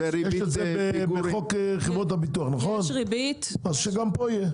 יש את זה בחוק חברות הביטוח, אז שגם פה יהיה.